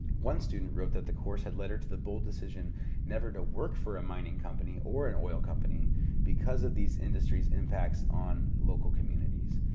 one student wrote that the course had led her to the bold decision never to work for a mining company or an oil company because of these industries' impacts on local communities.